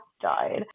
died